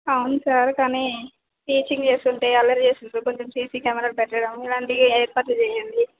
అవును సార్ కానీ టీచింగ్ చేస్తుంటే అల్లరి చేస్తుంన్నారు కొంచెం సీసీ కెమెరాలు పెట్టడం అలాంటివి ఏర్పాట్లు చెయ్యండి